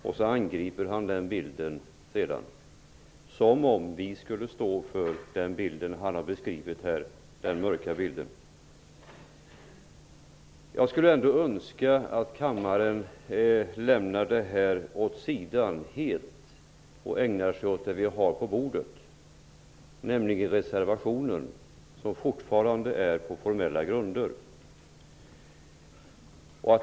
Sedan angriper han den bilden som om vi skulle stå bakom denna mörka bild. Jag önskar att kammaren helt lämnar detta åt sidan och ägnar sig helt åt det som finns på bordet, nämligen reservationen som har avgetts på formella grunder.